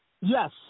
Yes